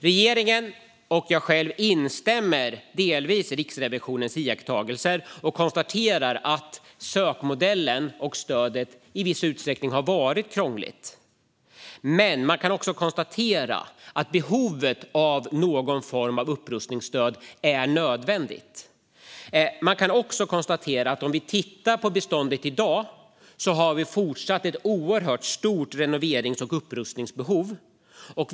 Regeringen och jag själv instämmer delvis i Riksrevisionens iakttagelser, och vi konstaterar att sökmodellen och stödet i viss utsträckning har varit krångligt. Men vi kan också konstatera att någon form av upprustningsstöd är nödvändigt. Det råder fortfarande ett oerhört stort renoverings och upprustningsbehov i beståndet i dag.